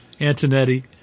Antonetti